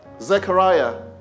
Zechariah